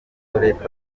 n’uburetwa